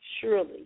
surely